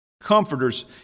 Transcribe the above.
comforters